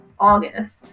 august